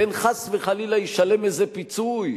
פן חס וחלילה ישלם איזה פיצוי,